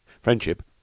friendship